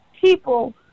people